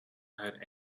had